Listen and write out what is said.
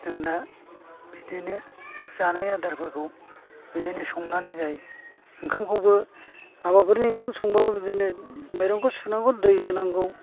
जों दा बिदिनो जानाय आदारफोरखौ बिदिनो संनानै जायो ओंखामखौबो हाबाफोरनि ओंखाम संबाबो माइरंखौ सुनांगौ दै होनांगौ